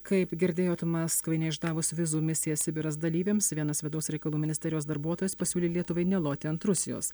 kaip girdėjot maskvai neišdavus vizų misija sibiras dalyviams vienas vidaus reikalų ministerijos darbuotojas pasiūlė lietuvai neloti ant rusijos